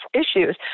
issues